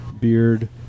beard